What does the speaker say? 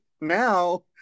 Now